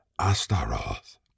Astaroth